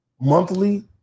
monthly